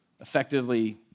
effectively